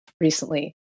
recently